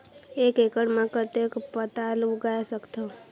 एक एकड़ मे कतेक पताल उगाय सकथव?